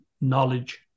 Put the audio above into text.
knowledge